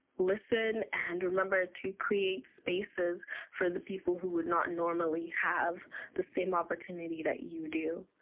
listen, and remember to create spaces for the people who would not normally have the same opportunity that you do.